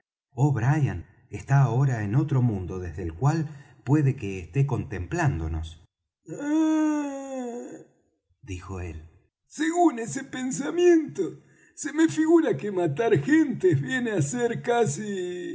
bien o'brien está ahora en otro mundo desde el cual puede que esté contemplándonos ah dijo él según ese pensamiento se me figura que matar gentes viene á ser casi